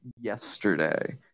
yesterday